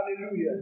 Hallelujah